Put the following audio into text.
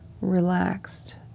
relaxed